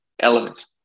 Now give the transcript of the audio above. elements